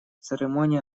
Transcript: церемонии